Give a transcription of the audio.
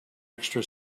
extra